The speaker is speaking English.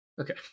Okay